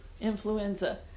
influenza